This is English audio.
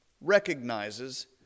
recognizes